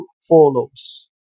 follows